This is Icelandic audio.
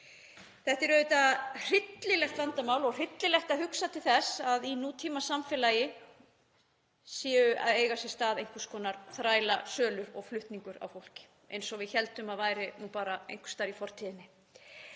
Þetta er auðvitað hryllilegt vandamál og hryllilegt að hugsa til þess að í nútímasamfélagi séu að eiga sér stað einhvers konar þrælasölur og flutningur á fólki, sem við héldum að væri bara einhvers staðar í fortíðinni.